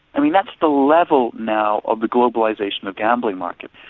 i mean that's the level now of the globalisation of gambling market.